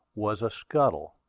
was a scuttle,